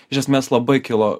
iš esmės labai kilo